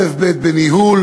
אלף-בית בניהול